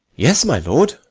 yes, my lord,